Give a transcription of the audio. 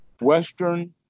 Western